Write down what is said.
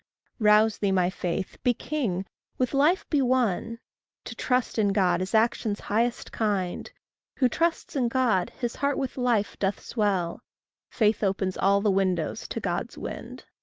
rouse thee, my faith be king with life be one to trust in god is action's highest kind who trusts in god, his heart with life doth swell faith opens all the windows to god's wind.